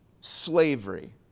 slavery